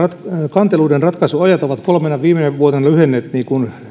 kanteluiden ratkaisuajat ovat kolmena viimeisenä vuotena lyhentyneet niin kuin